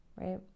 right